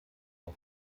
auf